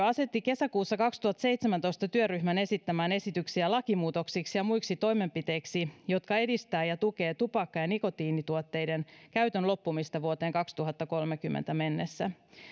asetti kesäkuussa kaksituhattaseitsemäntoista työryhmän esittämään esityksiä lakimuutoksiksi ja muiksi toimenpiteiksi jotka edistävät ja tukevat tupakka ja nikotiinituotteiden käytön loppumista vuoteen kaksituhattakolmekymmentä mennessä